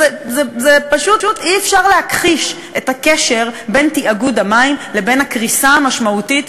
פשוט אי-אפשר להכחיש את הקשר בין תאגוד המים לבין הקריסה המשמעותית,